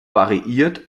variiert